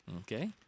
Okay